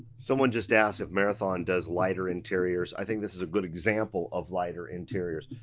someone just asked if marathon does lighter interiors, i think this is a good example of lighter interiors.